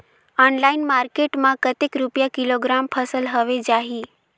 Online market मां कतेक रुपिया किलोग्राम फसल हवे जाही?